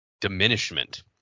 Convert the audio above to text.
diminishment